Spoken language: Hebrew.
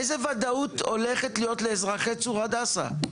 איזה ודאות הולכת להיות לאזרחי צור הדסה?